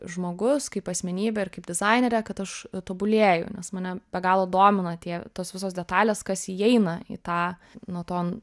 žmogus kaip asmenybė ir kaip dizainerė kad aš tobulėju nes mane be galo domina tie tos visos detalės kas įeina į tą nuo to